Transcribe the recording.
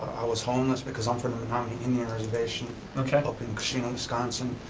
i was homeless because i'm from the menominee indian reservation up in keshena, wisconsin.